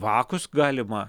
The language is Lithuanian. vakus galima